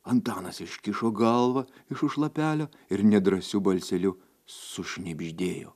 antanas iškišo galvą iš už lapelio ir nedrąsiu balseliu sušnibždėjo